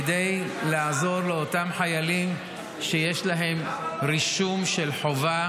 כדי לעזור לאותם חיילים שיש להם רישום של חובה